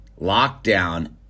lockdown